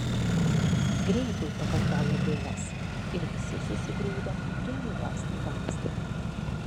greitai pakartojo bilas ir visi susigrūdo prie angos į vamzdį